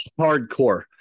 Hardcore